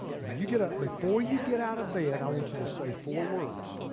when you get up, before you get out of bed, i want you to say four words.